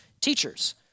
teachers